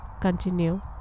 continue